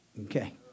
Okay